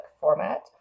format